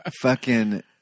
fucking-